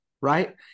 right